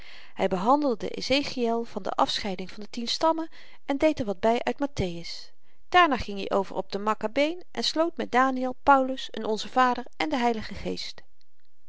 hy behandelde ezechiel en de afscheiding van de tien stammen en deed er wat by uit mattheus daarna ging i over op de makkabeen en sloot met daniel paulus n onze vader en den h geest